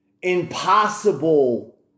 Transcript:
Impossible